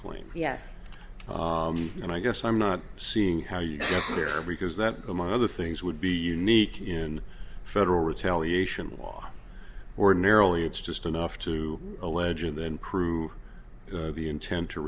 claim yes and i guess i'm not seeing how you here because that among other things would be unique in federal retaliation law ordinarily it's just enough to allege and then prove the intent to